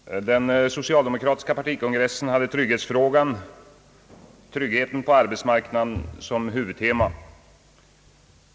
Herr talman! Den socialdemokratiska partikongressen hade trygghetsfrågan, tryggheten på arbetsmarknaden som huvudtema.